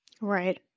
Right